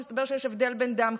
מסתבר שיש הבדל בין דם לדם,